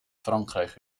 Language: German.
frankreich